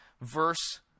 verse